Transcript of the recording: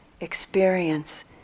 experience